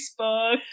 Facebook